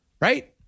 right